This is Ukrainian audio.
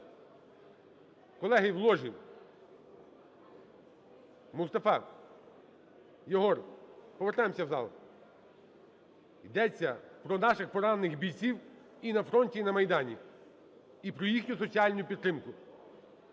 Колеги в ложі! Мустафа! Єгор, повертаємося в зал. Ідеться про наших поранених бійців і на фронті, і на Майдані і про їхню соціальну підтримку.